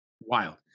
wild